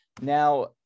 Now